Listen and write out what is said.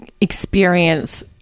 experience